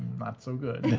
not so good.